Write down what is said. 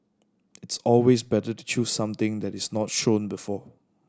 it's always better to choose something that is not shown before